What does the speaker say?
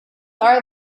are